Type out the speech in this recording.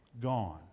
gone